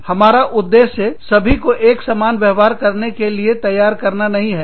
हमारा उद्देश्य सभी को एक समान व्यवहार करने के लिए तैयार करना नहीं है